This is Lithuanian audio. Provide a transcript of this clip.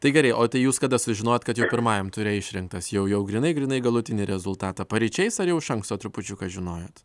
tai gerai o tai jūs kada sužinojot kad jau pirmajam ture išrinktas jau grynai grynai galutinį rezultatą paryčiais ar jau iš anksto trupučiuką žinojot